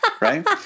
right